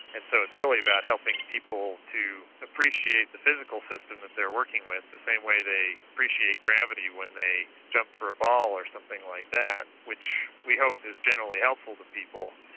and so it's really about helping people to appreciate the physical system that they're working with, the same way they appreciate gravity when they jump for a ball or something like that, which we hope is generally helpful to people.